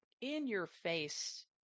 in-your-face